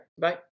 bye